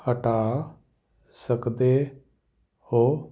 ਹਟਾ ਸਕਦੇ ਹੋ